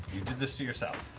did this to yourself.